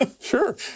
Sure